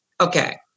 Okay